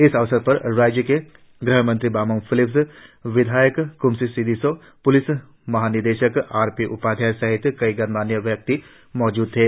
इस अवसर पर राज्य के ग़हमंत्री बामंग फेलिक्स विधायक क्मसी सिडिसो पुलिस महानिदेशक आर पी उपाध्याय सहित कई गणमान्य व्यक्ति मौजूद थे